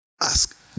ask